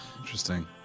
interesting